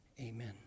amen